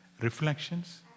reflections